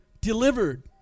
delivered